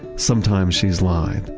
sometimes she's lithe,